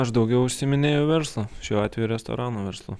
aš daugiau užsiiminėju verslu šiuo atveju restoranų verslu